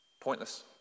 pointless